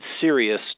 serious